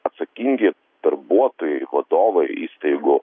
atsakingi darbuotojai vadovai įstaigų